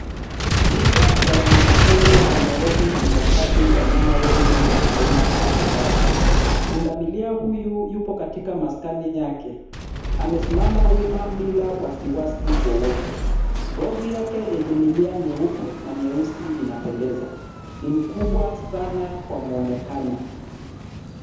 Mbuga ya wanyamapori ya Nairobi inahifadhi wanyama wengi wa aina mbalimbali. Pundamilia huyu yupo katika maskani yake, amesimama wima bila wasiwasi wowote, ngozi yake yenye milia myeupe na myeusi inapendeza. Ni mkubwa sana kwa muonekano.